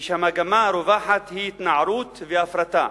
והמגמה הרווחת היא התנערות והפרטה,